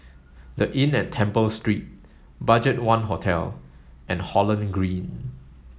the Inn at Temple Street BudgetOne Hotel and Holland Green